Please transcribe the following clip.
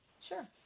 Sure